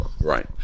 Right